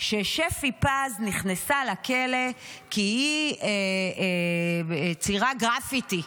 ששפי פז נכנסה לכלא כי היא ציירה גרפיטי.